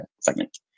segment